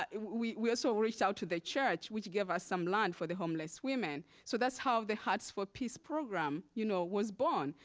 ah we we also reached out to the church, which gave us some land for the homeless women. so that's how the huts for peace program you know was born.